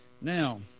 Now